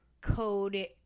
code